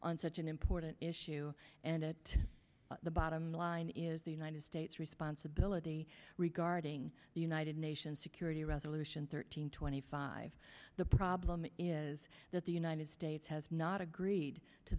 on such an important issue and at the bottom line is the united states responsibility regarding the united nations security resolution thirteen twenty five the problem is that the united states has not agreed to